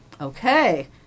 Okay